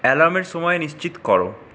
অ্যালার্মের সময় নিশ্চিত করো